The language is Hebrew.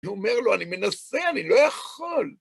הוא אומר לו, אני מנסה, אני לא יכול.